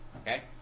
Okay